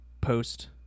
post